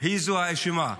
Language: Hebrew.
היא האשמה.